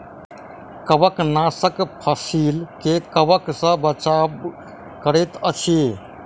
कवकनाशक फसील के कवक सॅ बचाव करैत अछि